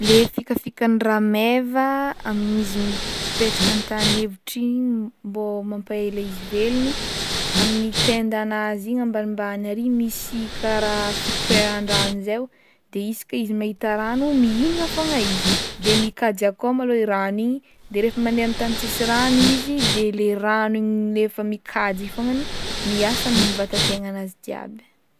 Le fikafikan'ny rameva amin'izy m- mipetraka an-tany efitra igny mbô mampaela izy velogno amin'ny tendanazy igny ambanimbany arÿ misy karaha fitoeran-drano zay o de isaka izy mahita rano mihinagna fogna izy de mikajy akao malôha i rano igny de refa mandeha amy tany tsy misy rano izy de rano le efa mikajy i fognany miasa amy vatantegnanazy jiaby.